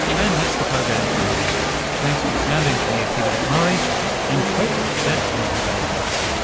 and that's the program for another week. thanks to sound engineer peter mcmurray and co-producer andrew davies.